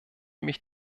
mich